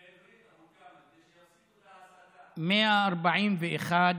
ומירי רגב, שדבררה אותה, "לא יטיפו